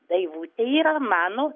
daivutė yra mano